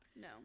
no